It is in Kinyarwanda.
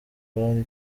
bari